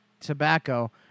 tobacco